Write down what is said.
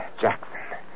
Jackson